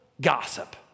Gossip